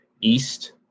East